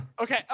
okay